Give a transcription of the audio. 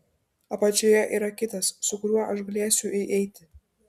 apačioje yra kitas su kuriuo aš galėsiu įeiti